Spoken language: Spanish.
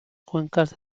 cuencas